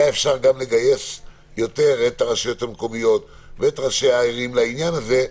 היה אפשר גם לגייס יותר את הרשויות המקומיות ואת ראשי הערים לעניין הזה,